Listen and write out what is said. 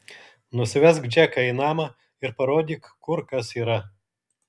nusivesk džeką į namą ir parodyk kur kas yra